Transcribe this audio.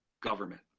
government